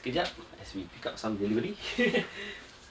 kejap as we pick up some delivery